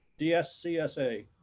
DSCSA